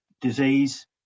disease